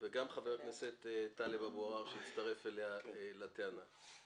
הכנסת טלב אבו ארער שהצטרף לטענה שלה.